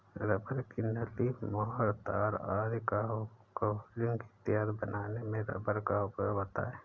rubber की नली, मुहर, तार आदि का कवरिंग इत्यादि बनाने में रबर का उपयोग होता है